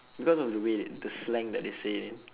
because of the way the slang that they say